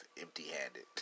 empty-handed